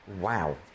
Wow